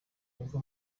uva